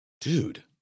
dude